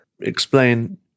Explain